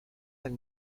del